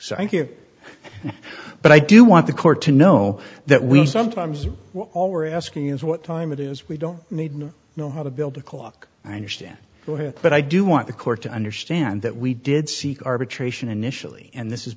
so i hear but i do want the court to know that we sometimes all we're asking is what time it is we don't need to know how to build a clock i understand but i do want the court to understand that we did seek arbitration initially and this